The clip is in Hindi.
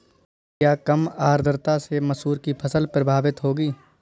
क्या कम आर्द्रता से मसूर की फसल प्रभावित होगी?